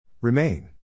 Remain